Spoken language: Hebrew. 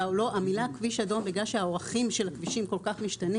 המילה כביש אדום בגלל שהאורכים של הכבישים כל כך משתנים